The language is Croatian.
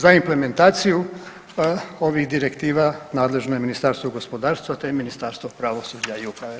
Za implementaciju ovih direktiva nadležno je Ministarstvo gospodarstva te Ministarstva pravosuđa i uprave.